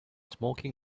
smoking